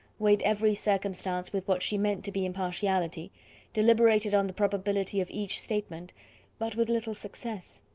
weighed every circumstance with what she meant to be impartiality deliberated on the probability of each statement but with little success.